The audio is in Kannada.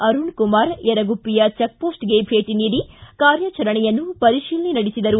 ಅರುಣಕುಮಾರ್ ಯರಗುಪ್ಪಿಯ ಚೆಕ್ ಪೋಸ್ಟ್ಗೆ ಭೇಟ ನೀಡಿ ಕಾರ್ಯಾಚರಣೆಯನ್ನು ಪರಿಶೀಲನೆ ನಡೆಸಿದರು